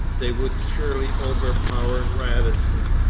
they would surely overpower radisson.